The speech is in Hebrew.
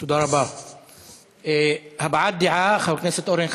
שם ייערך דיון עוד לפני הפגרה בעניין תוכן ההצעה של חבר הכנסת אבו עראר.